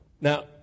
Now